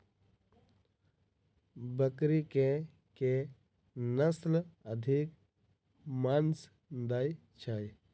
बकरी केँ के नस्ल अधिक मांस दैय छैय?